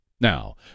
now